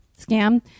scam